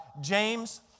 James